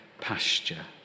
pasture